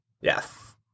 Yes